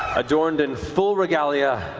adorned in full regalia,